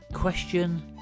question